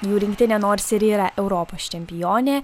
jų rinktinė nors ir yra europos čempionė